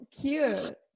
cute